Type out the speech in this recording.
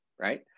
right